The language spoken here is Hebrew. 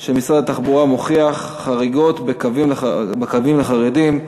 של משרד התחבורה מוכיח: חריגות בקווים לחרדים,